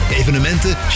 evenementen